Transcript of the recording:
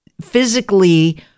physically